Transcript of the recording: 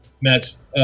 Matt's